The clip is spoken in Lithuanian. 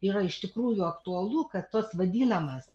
yra iš tikrųjų aktualu kad tos vadinamas